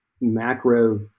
macro